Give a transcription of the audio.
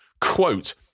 Quote